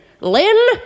Lynn